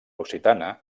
occitana